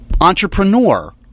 entrepreneur